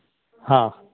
ᱦᱮᱸ